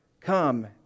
come